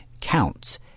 counts